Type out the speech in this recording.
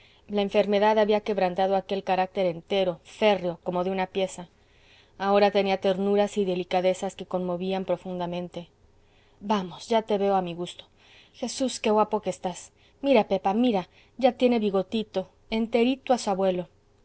la enfermedad había quebrantado aquel carácter entero férreo como de una pieza ahora tenía ternuras y delicadezas que conmovían profundamente vamos ya te veo a mi gusto jesús qué guapo que estás mira pepa mira ya tiene bigotito enterito a su abuelo